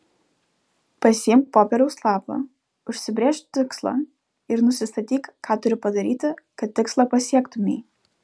pasiimk popieriaus lapą užsibrėžk tikslą ir nusistatyk ką turi padaryti kad tikslą pasiektumei